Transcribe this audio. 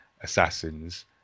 assassins